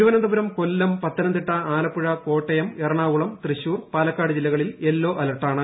തിരുവനന്തപുരം കൊല്ലം പത്തനുംതിട്ട് ആലപ്പുഴ കോട്ടയം എറണാകുളം തൃശ്ശൂർ പാലൂക്കാട് ജില്ലകളിൽ യെല്ലോ അലെർട്ടാണ്